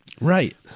Right